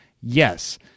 Yes